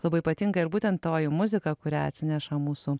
labai patinka ir būtent toji muzika kurią atsineša mūsų